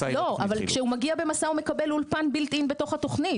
כשהוא מגיע ב'מסע' הוא מקבל אולפן מובנה בתוך התוכנית,